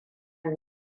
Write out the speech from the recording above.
mu